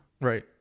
Right